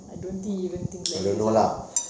I don't think he even thinks like this lah